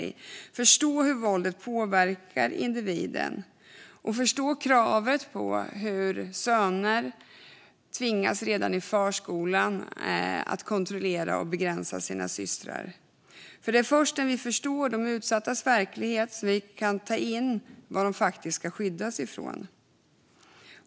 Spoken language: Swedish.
Vi måste förstå hur våldet påverkar individen och förstå att söner redan i förskolan tvingas kontrollera och begränsa sina systrar. Det är först när vi förstår de utsattas verklighet som vi kan ta in vad de faktiskt ska skyddas från.